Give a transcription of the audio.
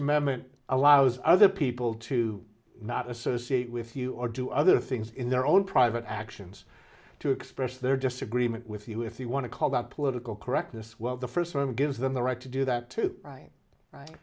amendment allows other people to not associate with you or do other things in their own private actions to express their disagreement with you if you want to call that political correctness well the first one gives them the right to do that too right